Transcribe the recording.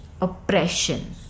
oppression